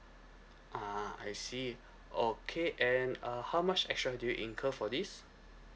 ah I see okay and uh how much extra did you incur for this